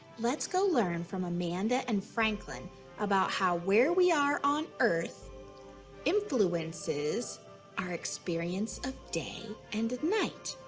let's go learn from amanda and franklin about how where we are on earth influences our experience of day and night.